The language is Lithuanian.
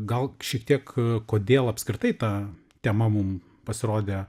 gal šiek tiek kodėl apskritai ta tema mum pasirodė